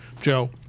Joe